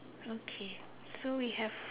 okay so we have